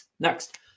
Next